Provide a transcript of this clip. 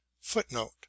Footnote